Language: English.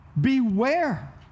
Beware